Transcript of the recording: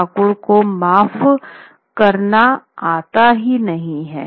ठाकुरों को माफ़ करना आता ही नहीं हैं